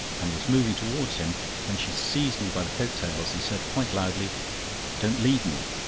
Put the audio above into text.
and was moving towards him when she seized me by the coat-tails, and said quite loudly don't leave me,